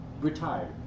retired